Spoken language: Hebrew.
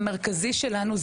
המרכזי שלנו,